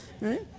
Right